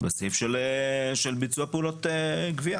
בסעיף של ביצוע פעולות גבייה.